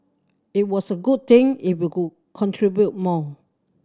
it was a good thing if you could contribute more